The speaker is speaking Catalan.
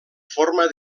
forma